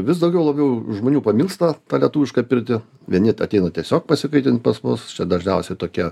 vis daugiau labiau žmonių pamilsta lietuvišką pirtį vieni ateina tiesiog pasikaitint pas musčia dažniausiai tokia